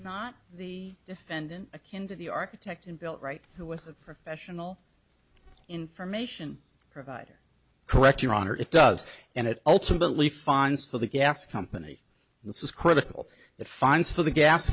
not the defendant akin to the architect and built right who is a professional information provider correct your honor it does and it ultimately finds for the gas company this is critical that fines for the gas